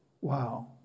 Wow